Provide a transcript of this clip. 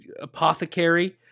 apothecary